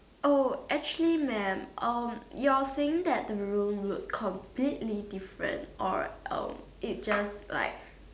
oh actually man um you're saying that the room look completely in different or um it just like